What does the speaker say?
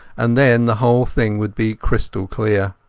and then the whole thing would be crystal clear.